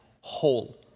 whole